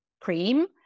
cream